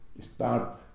Start